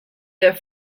der